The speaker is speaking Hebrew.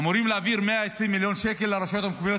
אמורים להעביר 120 מיליון שקל לרשויות המקומיות